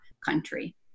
country